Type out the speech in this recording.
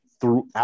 throughout